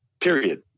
period